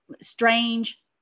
strange